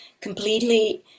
completely